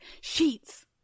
sheets